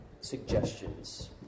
Suggestions